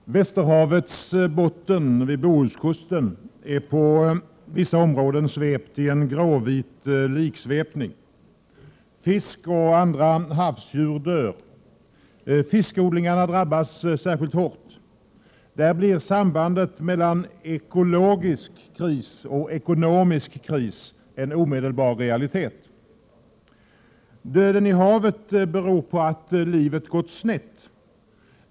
Herr talman! Västerhavets botten vid Bohuskusten är på vissa områden svept i en gråvit liksvepning. Fiskar och andra havsdjur dör. Fiskodlingarna drabbas särskilt hårt. Där blir sambandet mellan ekologisk kris och ekonomisk kris en omedelbar realitet. Döden i havet beror på att livet gått snett.